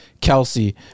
Kelsey